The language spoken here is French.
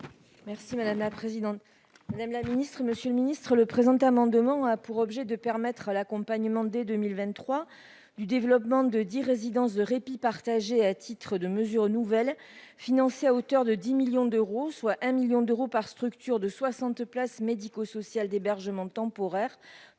Merci madame la présidente, Madame la Ministre, Monsieur le Ministre le présent amendement a pour objet de permettre à l'accompagnement, dès 2023 du développement de 10 résidences de répit partagé à titre de mesure nouvelles financé à hauteur de 10 millions d'euros, soit un 1000000 d'euros par structure de 60 places médico-social d'hébergement temporaire